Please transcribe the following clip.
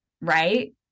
right